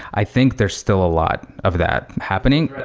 i think there's still a lot of that happening.